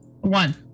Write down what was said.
One